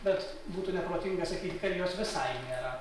bet būtų neprotinga sakyti kad jos visai nėra